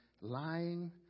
lying